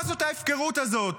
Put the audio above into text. מה זאת ההפקרות הזאת?